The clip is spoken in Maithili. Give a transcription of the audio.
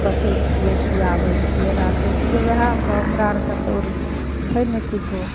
पोसै छियै खियाबै छियै राखै छियै ओहए सँ हमरा आरके तऽ आओर छै नहि किछो